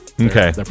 Okay